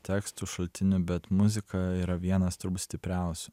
tekstų šaltinių bet muzika yra vienas stipriausių